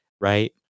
right